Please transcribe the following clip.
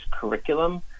curriculum